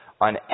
on